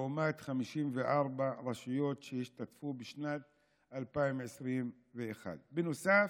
לעומת 54 רשויות שהשתתפו בשנת 2021. בנוסף,